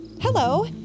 Hello